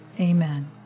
Amen